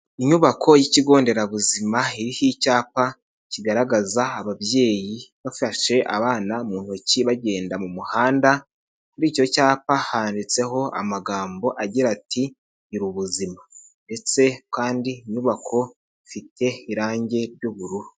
Inyubako y'ikigo nderabuzima hihcyapa kigaragaza ababyeyi bafashe abana mu ntoki bagenda mu muhanda, kuri icyo cyapa handitseho amagambo agira ati ''girubuzima''. Ndetse kandi inyubako ifite irangi ry'ubururu.